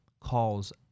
calls